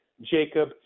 Jacob